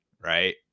right